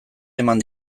eman